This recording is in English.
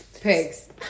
Pigs